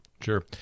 Sure